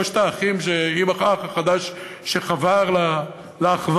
שלושת האחים, עם האח החדש שחבר לאחווה,